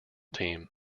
team